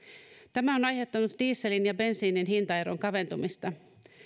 tämä on aiheuttanut dieselin ja bensiinin hintaeron kaventumista